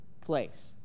place